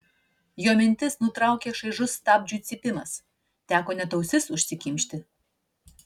jo mintis nutraukė šaižus stabdžių cypimas teko net ausis užsikimšti